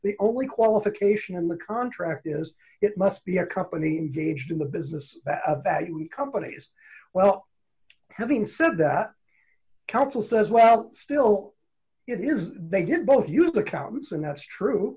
the only qualification in the contract is it must be a company engaged in the business a bag companies well having said that council says well still it is they did both use accountants and that's true